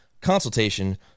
consultation